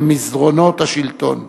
למסדרונות השלטון.